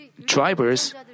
drivers